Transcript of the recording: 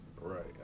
Right